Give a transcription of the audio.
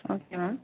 okay ma'am